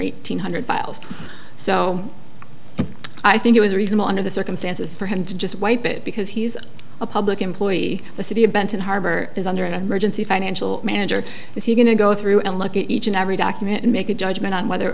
eighteen hundred files so i think it was reasonable under the circumstances for him to just wipe it because he's a public employee the city of benton harbor is under an emergency financial manager is he going to go through and look at each and every document and make a judgment on whether it